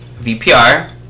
VPR